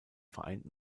vereinten